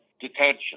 detention